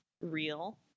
real